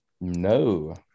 no